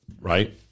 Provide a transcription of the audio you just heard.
right